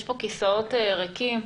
יש פה כיסאות ריקים.